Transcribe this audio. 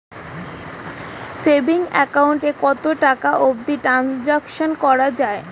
Savings account এ কতো টাকা অবধি ট্রানসাকশান করা য়ায়?